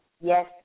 Yes